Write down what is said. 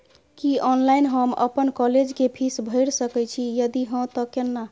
की online हम अपन college के फीस भैर सके छि यदि हाँ त केना?